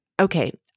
okay